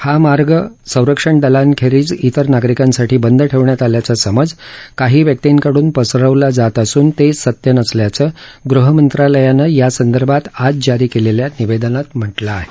हा मार्ग संरक्षणदलांखेरीज त्रि नागरिकांसाठी बंद ठेवण्यात आल्याचा समज काही व्यक्तींकडून पसरवला जात असून ते सत्य नसल्याचं गृहमंत्रालयानं यासंदर्भात आज जारी केलेल्या निवेदनात म्हटलं आहे